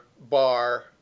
bar